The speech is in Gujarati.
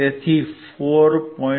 તેથી 4